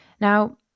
Now